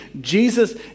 Jesus